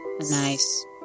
Nice